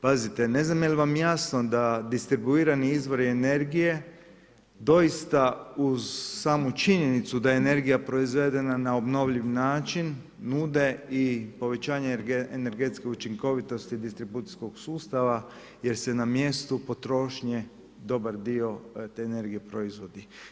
Pazite, ne znam je li vam jasno da distribuirani izvori energije doista uz samu činjenicu da je energija proizvedena na obnovljiv način, nude i povećanje energetske učinkovitosti distribucijskog sustava jer se na mjestu potrošnje dobar dio te energije proizvodi.